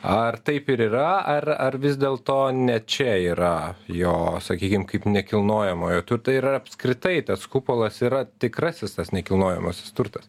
ar taip ir yra ar ar vis dėlto ne čia yra jo sakykim kaip nekilnojamojo ir ar apskritai tas kupolas yra tikrasis tas nekilnojamasis turtas